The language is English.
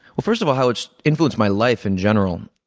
well, first of all, how it's influenced my life, in general,